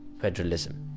federalism